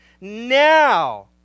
Now